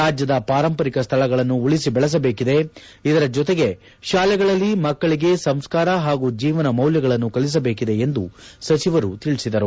ರಾಜ್ಯದ ಪಾರಂಪರಿಕ ಸ್ಥಳಗಳನ್ನು ಉಳಿಸಿ ಬೆಳೆಸಬೇಕಿದೆ ಇದರ ಜೊತೆಗೆ ಶಾಲೆಗಳಲ್ಲಿ ಮಕ್ಕಳಿಗೆ ಸಂಸ್ಕಾರ ಹಾಗೂ ಜೀವನ ಮೌಲ್ಯಗಳನ್ನು ಕಲಿಸಬೇಕಿದೆ ಎಂದು ಸಚಿವರು ತಿಳಿಸಿದರು